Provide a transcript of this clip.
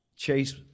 Chase